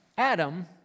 Adam